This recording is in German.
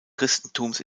christentums